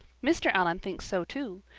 mr. allan thinks so too.